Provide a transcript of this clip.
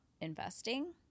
investing